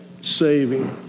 saving